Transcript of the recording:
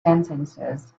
sentences